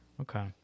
Okay